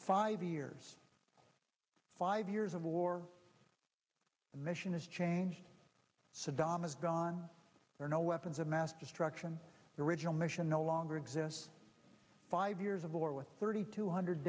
five years five years of war the mission has changed saddam is gone there are no weapons of mass destruction the original mission no longer exists five years of war with thirty two hundred